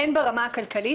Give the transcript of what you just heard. הן ברמה הכלכלית,